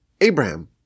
Abraham